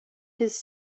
his